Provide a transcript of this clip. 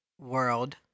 world